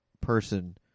Person